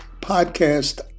podcast